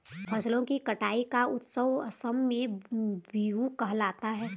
फसलों की कटाई का उत्सव असम में बीहू कहलाता है